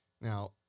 Now